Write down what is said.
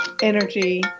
energy